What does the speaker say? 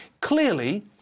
Clearly